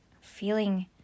feeling